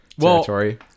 territory